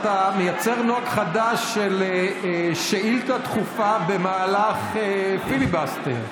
אתה מייצר נוהג חדש של שאילתה דחופה במהלך פיליבסטר.